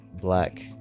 black